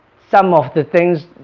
some of the things